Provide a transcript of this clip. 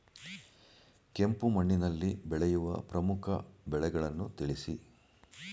ಕೆಂಪು ಮಣ್ಣಿನಲ್ಲಿ ಬೆಳೆಯುವ ಪ್ರಮುಖ ಬೆಳೆಗಳನ್ನು ತಿಳಿಸಿ?